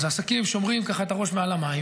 אז העסקים שומרים כך את הראש מעל המים,